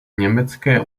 německé